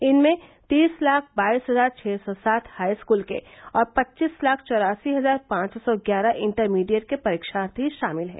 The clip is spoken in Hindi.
इनमें तीस लाख बाईस हजार छ सौ सात हाईस्कूल के और पच्चीस लाख चौरासी हजार पांच सौ ग्यारह इण्टरमीडिएट के परीक्षार्थी शामिल हैं